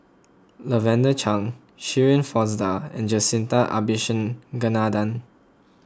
Lavender Chang Shirin Fozdar and Jacintha Abisheganaden